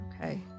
okay